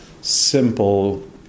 simple